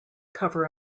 cover